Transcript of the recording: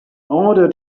order